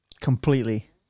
completely